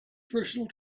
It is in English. personal